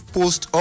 Post